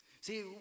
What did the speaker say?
See